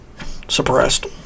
suppressed